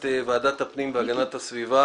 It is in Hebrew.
אני מתכבד לפתוח את ישיבת ועדת הפנים והגנת הסביבה